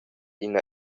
ina